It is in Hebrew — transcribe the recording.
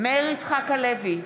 מאיר יצחק הלוי,